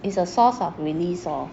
is a source of release lor